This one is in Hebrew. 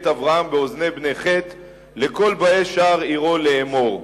אברהם באזני בני חת לכל באי שער עירו לאמר.